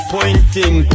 Pointing